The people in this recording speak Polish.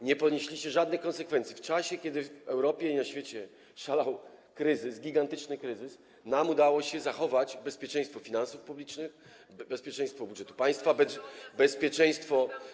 Nie ponieśliście żadnych konsekwencji w czasie, kiedy w Europie i na świecie szalał kryzys, gigantyczny kryzys, a nam udało się zachować bezpieczeństwo finansów publicznych, bezpieczeństwo budżetu państwa, bezpieczeństwo.